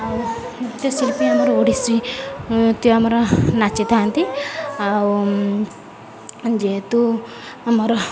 ଆଉ ନୃତ୍ୟଶିଳ୍ପୀ ଆମର ଓଡ଼ିଶୀ ନୃତ୍ୟ ଆମର ନାଚିଥାନ୍ତି ଆଉ ଯେହେତୁ ଆମର